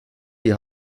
die